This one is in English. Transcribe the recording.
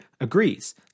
agrees